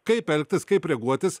kaip elgtis kaip reaguotis